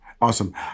Awesome